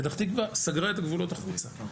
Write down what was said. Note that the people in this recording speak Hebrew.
פתח תקווה סגרה את הגבולות החוצה.